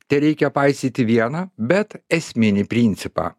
tereikia paisyti vieną bet esminį principą